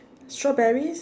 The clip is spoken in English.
strawberries